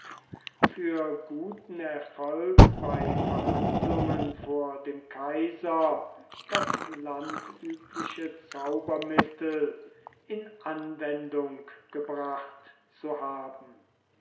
für guten erfolg bei verhandlungen vor dem kaiser das landübliche zaubermittel in anwendung gebracht zu haben